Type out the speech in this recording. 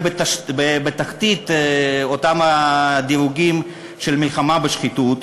בתחתית אותם הדירוגים של מלחמה בשחיתות,